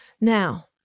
now